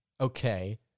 okay